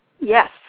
Yes